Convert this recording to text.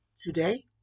Today